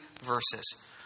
verses